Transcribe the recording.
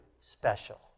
special